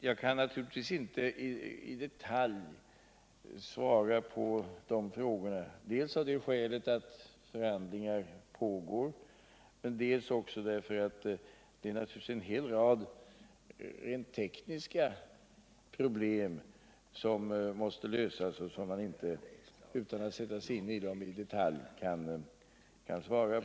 Jag kan inte i detalj svara på de frågorna, dels därför att förhandlingar pågår, dels därför att det naturligtvis är en hel rad tekniska problem som måste lösas och som man inte kan lämna besked om utan att i detalj sätta sig in i dem.